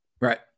Right